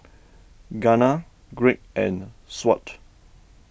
Gunnar Greg and Shawnte